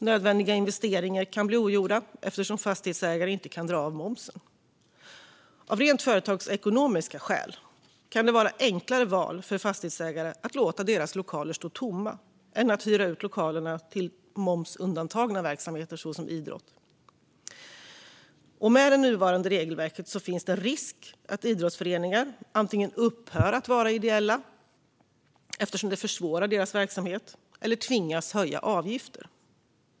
Nödvändiga investeringar kan bli ogjorda eftersom fastighetsägare inte kan dra av momsen. Av rent företagsekonomiska skäl kan det vara ett enklare val för fastighetsägare att låta lokaler står tomma än att hyra ut dem till momsundantagna verksamheter, såsom idrott. Med det nuvarande regelverket finns det en risk att idrottsföreningar antingen upphör att vara ideella, eftersom det förvårar deras verksamhet, eller tvingas höja avgifter.